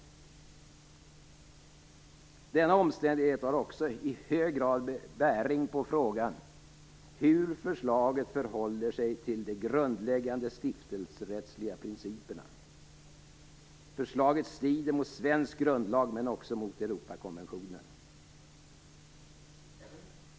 Denna omständighet har också i hög grad bäring på frågan hur förslaget förhåller sig till de grundläggande stiftelserättsliga principerna. Förslaget strider mot svensk grundlag men också mot Europakonventionen.